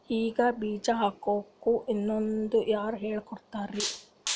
ಹಿಂಗ್ ಬೀಜ ಹಾಕ್ಬೇಕು ಅನ್ನೋದು ಯಾರ್ ಹೇಳ್ಕೊಡ್ತಾರಿ?